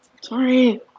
Sorry